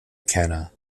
mckenna